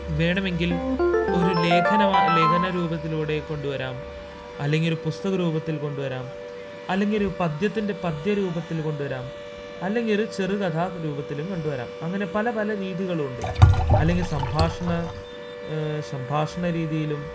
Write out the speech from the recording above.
വേണമെങ്കില് ഒരു ലേഖനമോ ലേഖന രൂപത്തിലൂടെ കൊണ്ടുവരാം അല്ലെങ്കിൽ ഒരു പുസ്തകരൂപത്തില് കൊണ്ടുവരാം അല്ലെങ്കിൽ ഒരു പദ്യത്തിന്റെ പദ്യ രൂപത്തിൽ കൊണ്ടുവരാം അല്ലെങ്കിൽ ഒരു ചെറുകഥ രൂപത്തിലും കൊണ്ടുവരാം അങ്ങനെ പല പല രീതികളുണ്ട് അല്ലെങ്കില് സംഭാഷണം സംഭാഷണ രീതിയിലും